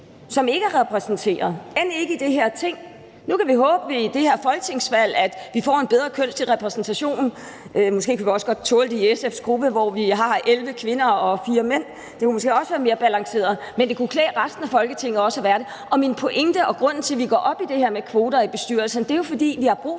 som ikke er repræsenteret – end ikke i det her Ting. Nu kan vi håbe, at vi ved det her folketingsvalg får en bedre kønsmæssig repræsentation. Måske kunne vi også godt tåle det i SF's gruppe, hvor vi har 11 kvinder og 4 mænd; det kunne måske også være mere balanceret. Men det kunne klæde resten af Folketinget også at være det. Og min pointe her og grunden til, at vi går op i det her med kvoter i bestyrelser, er jo, at vi har brug for